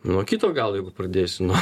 nuo kito galo jeigu pradėsiu